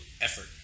effort